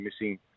missing